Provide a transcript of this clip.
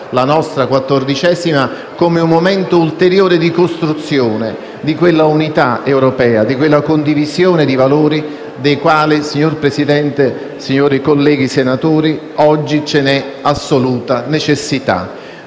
la nostra 14a Commissione), come un momento ulteriore di costruzione di quell'unità europea e di quella condivisione di valori dei quali, signor Presidente e signori colleghi senatori, oggi c'è assoluta necessità.